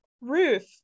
Ruth